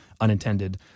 unintended